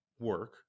work